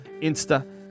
Insta